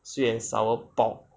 sweet and sour pork